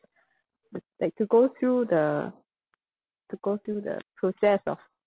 like to go through the to go through the process of